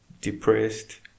depressed